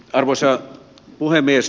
arvoisa puhemies